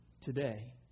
today